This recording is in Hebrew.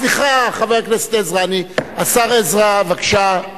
סליחה, חבר הכנסת עזרא, השר עזרא, בבקשה.